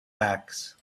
backs